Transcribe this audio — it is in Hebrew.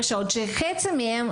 - שחצי מהן,